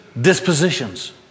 dispositions